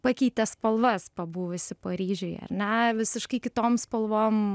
pakeitė spalvas pabuvusi paryžiuje ar ne visiškai kitom spalvom